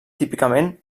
típicament